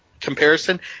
comparison